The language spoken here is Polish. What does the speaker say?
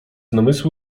namysłu